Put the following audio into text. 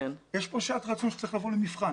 יש כאן שעת רצון שצריכה לבוא למבחן.